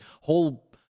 whole